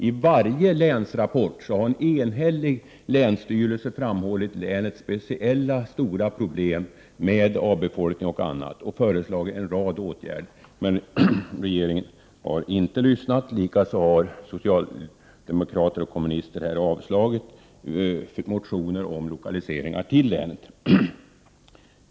I varje länsrapport har en enhällig länsstyrelse framhållit länets speciella, stora problem med avfolkning och annat och föreslagit en rad åtgärder, men regeringen har inte lyssnat. Likaså har socialdemokrater och kommunister här i kammaren avslagit motioner om lokaliseringar till länet.